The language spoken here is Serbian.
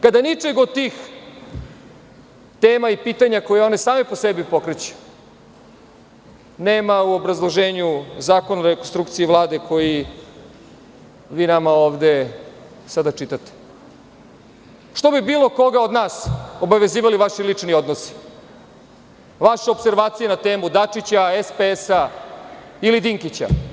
Kada ničeg od tih tema i pitanja koje oni sami po sebi pokreću, nema u obrazloženju Zakona o rekonstrukciji Vlade koji vi nama ovde sada čitate, što bi bilo koga od nas obavezivali vaši lični odnosi, vaše opservacije na temu Dačića, SPS ili Dinkića?